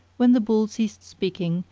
when the bull ceased speaking,